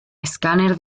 escáner